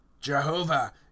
jehovah